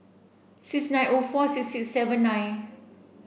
six nine O four six six seven nine